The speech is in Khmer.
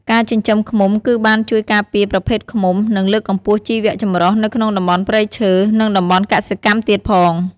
ការចិញ្ចឹមឃ្មុំគឺបានជួយការពារប្រភេទឃ្មុំ និងលើកកម្ពស់ជីវចម្រុះនៅក្នុងតំបន់ព្រៃឈើ និងតំបន់កសិកម្មទៀតផង។